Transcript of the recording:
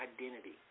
identity